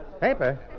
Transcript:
Paper